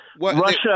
Russia